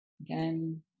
Again